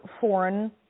foreign